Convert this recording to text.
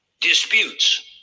disputes